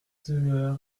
ter